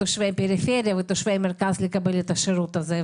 את תושבי הפריפריה ותושבי המרכז לקבל את השירות הזה.